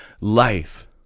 life